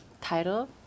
title